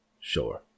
Sure